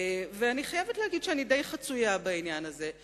אני חייבת להגיד שאני די חצויה בעניין הזה,